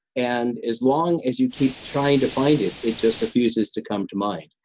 and as long as you keep trying to find it, it just refuses to come to mind.